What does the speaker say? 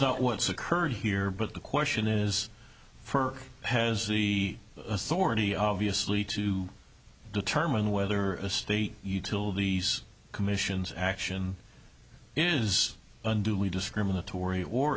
not what's occurred here but the question is firm has the authority obviously to determine whether a state utilities commissions action is unduly discriminatory